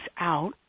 out